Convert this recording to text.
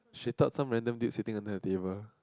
she thought some random dude sitting under her table